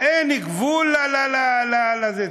אין גבול לזה?